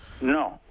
No